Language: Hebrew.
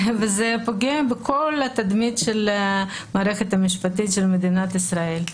וזה פוגע בכל התדמית של המערכת המשפטית של מדינת ישראל.